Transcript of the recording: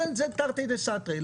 זה תרתי דסתרי.